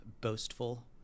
boastful